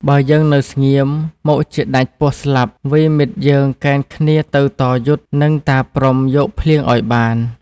បើយើងនៅស្ងៀមមុខជាដាច់ពោះស្លាប់ វ៉ិយមិត្តយើងកេណ្ឌគ្នាទៅតយុទ្ធ និងតាព្រហ្មយកភ្លៀងឱ្យបាន។